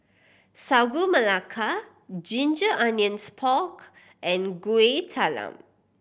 Sagu Melaka ginger onions pork and Kueh Talam